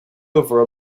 over